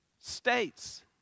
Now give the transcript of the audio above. states